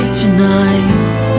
tonight